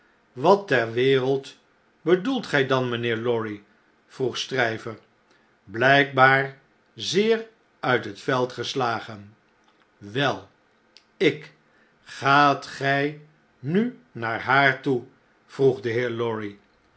wat ter wereld bedoelt gij dan mijnheer lorry vroeg stryver blijkbaar zeer uit het veld geslagen wel ik gaat gij nu naar haar toe vroeg de heer lorry